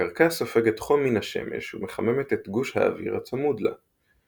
הקרקע סופגת חום מן השמש ומחממת את גוש האוויר הצמוד לה.